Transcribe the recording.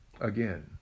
Again